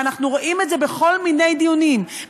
ואנחנו רואים את זה בכל מיני דיונים,